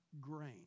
grain